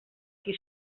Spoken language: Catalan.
qui